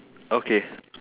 okay